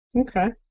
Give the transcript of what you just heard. Okay